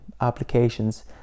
applications